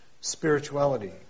spirituality